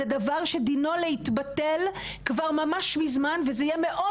זה דבר שדינו להתבטל כבר ממש מזמן וזה יהיה מאוד